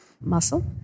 muscle